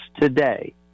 today